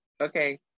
Okay